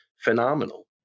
phenomenal